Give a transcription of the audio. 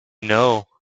know